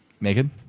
Megan